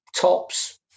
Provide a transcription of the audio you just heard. tops